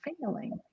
failing